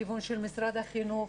לכיוון של משרד החינוך,